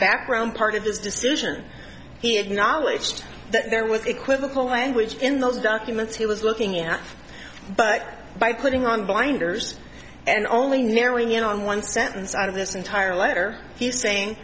background part of his decision he acknowledged that there was equivocal language in those documents he was looking at but by putting on blinders and only narrowing in on one sentence out of this entire letter he's saying